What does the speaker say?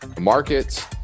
markets